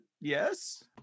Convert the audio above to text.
Yes